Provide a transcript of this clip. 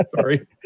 Sorry